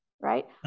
right